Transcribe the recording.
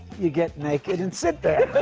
you get naked and sit there. but